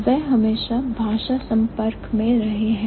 वह हमेशा language contact या संपर्क में रहे हैं